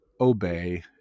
Obey